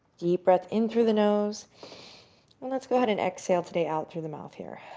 deep breath in through the nose and let's go ahead and exhale today out through the mouth here.